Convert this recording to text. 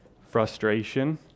Frustration